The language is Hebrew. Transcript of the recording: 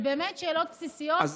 זה באמת שאלות בסיסיות ובאמת,